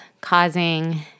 causing